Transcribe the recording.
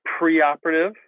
preoperative